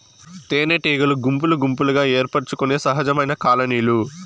తేనెటీగలు గుంపులు గుంపులుగా ఏర్పరచుకొనే సహజమైన కాలనీలు